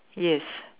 yes